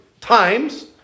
times